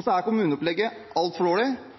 Kommuneopplegget er altfor dårlig, og det er